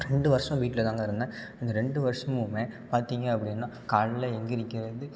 ரெண்டு வருஷம் வீட்டில்தாங்க இருந்தேன் இந்த ரெண்டு வருடமுமே பார்த்தீங்க அப்படின்னா காலையில் எழுந்திரிக்கிறது